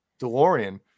DeLorean